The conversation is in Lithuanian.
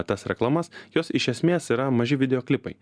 tas reklamas jos iš esmės yra maži video klipai